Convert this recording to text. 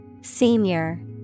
Senior